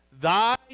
thy